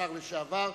השר לשעבר,